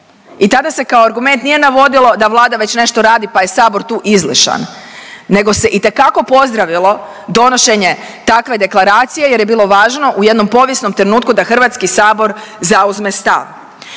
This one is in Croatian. i tada se kao argument nije navodilo da Vlada već nešto radi pa je sabor tu izlišan nego se itekako pozdravilo donošenje takve deklaracije jer je bilo važno u jednom povijesnom trenutku da Hrvatski sabor zauzme stav.